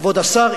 כבוד השר,